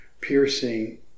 piercing